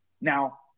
now